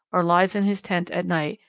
or lies in his tent at night,